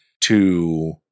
to-